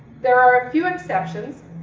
there are a few exceptions,